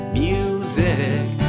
music